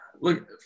look